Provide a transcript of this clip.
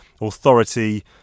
authority